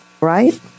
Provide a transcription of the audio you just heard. right